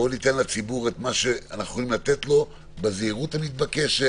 בואו ניתן לציבור מה שאנחנו יכולים לתת לו בזהירות המתבקשת,